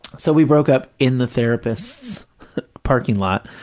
so we broke up in the therapist's parking lot,